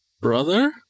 brother